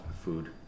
food